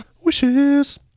Wishes